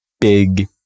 big